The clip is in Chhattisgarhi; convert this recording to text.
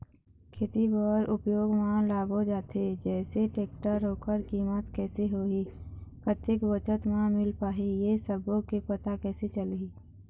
खेती बर उपयोग मा लाबो जाथे जैसे टेक्टर ओकर कीमत कैसे होही कतेक बचत मा मिल पाही ये सब्बो के पता कैसे चलही?